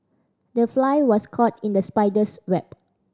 the fly was caught in the spider's web